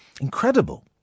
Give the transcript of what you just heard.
Incredible